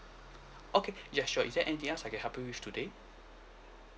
okay ya sure is there anything else I can help you with today